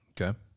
Okay